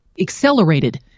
accelerated